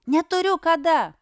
neturiu kada